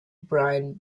brian